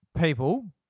people